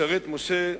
משרת משה,